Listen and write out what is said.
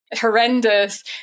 horrendous